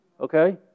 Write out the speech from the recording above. Okay